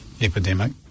epidemic